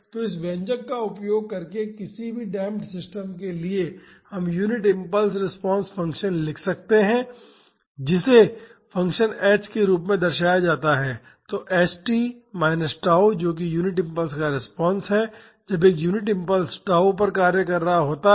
तो इस व्यंजक का उपयोग करके किसी भी डेमप्ड सिस्टम के लिए हम यूनिट इम्पल्स रिस्पांस फ़ंक्शन लिख सकते हैं जिसे फ़ंक्शन h के रूप में दर्शाया जाता है तो h t माइनस tau जो कि यूनिट इम्पल्स का रिस्पांस है जब एक यूनिट इम्पल्स tau पर कार्य कर रहा होता है